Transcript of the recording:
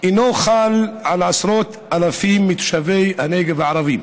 חל על עשרות אלפים מתושבי הנגב הערבים.